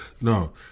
no